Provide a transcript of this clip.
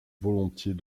volontiers